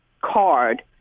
card